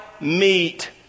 meet